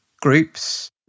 groups